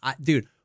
dude